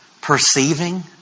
Perceiving